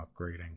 upgrading